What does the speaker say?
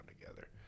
together